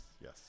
yes